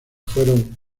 fueron